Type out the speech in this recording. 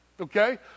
Okay